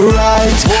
right